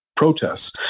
protests